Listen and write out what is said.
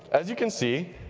as you can see,